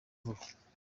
vuba